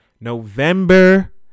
november